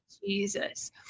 Jesus